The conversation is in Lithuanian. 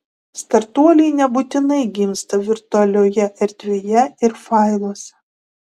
startuoliai nebūtinai gimsta virtualioje erdvėje ir failuose